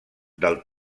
del